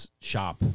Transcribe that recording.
shop